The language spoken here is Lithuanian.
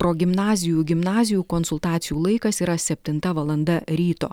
progimnazijų gimnazijų konsultacijų laikas yra septinta valanda ryto